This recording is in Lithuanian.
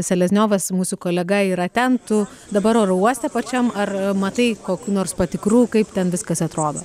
selezniovas mūsų kolega yra ten tu dabar oro uoste pačiam ar matai kokių nors patikrų kaip ten viskas atrodo